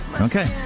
Okay